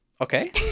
okay